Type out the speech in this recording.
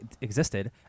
existed